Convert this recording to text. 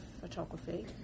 photography